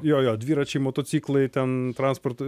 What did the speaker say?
jo jo dviračiai motociklai ten transporto